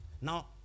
Now